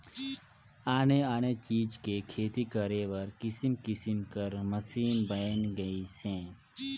आने आने चीज के खेती करे बर किसम किसम कर मसीन बयन गइसे